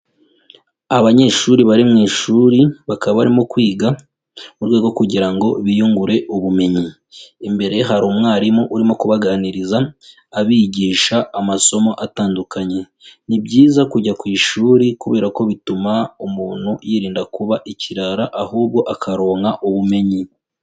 Abanyeshuri bari mu ishuri bakaba barimo kwiga, mu rwego kugira ngo biyungure ubumenyi, imbere hari umwarimu urimo kubaganiriza, abigisha amasomo atandukanye, ni byiza kujya ku ishuri kubera ko bituma umuntu yirinda kuba ikirara, ahubwo akaronka ubumenyi.